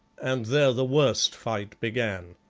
and there the worst fight began.